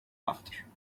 after